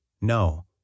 No